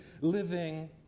living